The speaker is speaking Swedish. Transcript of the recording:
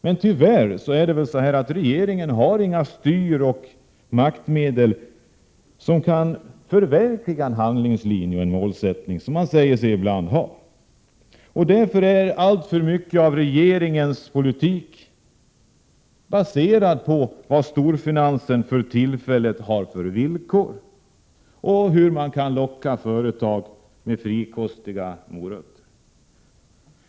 Men tyvärr har regeringen inte några styroch maktmedel som kan förverkliga en handlingslinje och en målsättning, som man ibland säger sig ha. Därför är alltför mycket av regeringens politik baserad på de villkor som storfinansen för tillfället har och hur företag kan lockas med frikostiga ”morötter”.